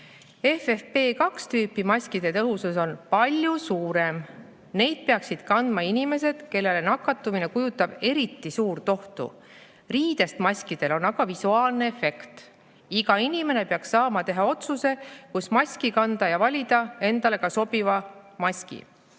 "FFP2-tüüpi maskide tõhusus on palju suurem: neid peaksid kandma inimesed, kellele nakatumine kujutab eriti suurt ohtu. Riidest maskidel on aga visuaalne efekt. Iga inimene peaks saama teha otsuse, kus maski kanda ja valida endale ka sobiva maski.